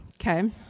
Okay